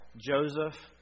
Joseph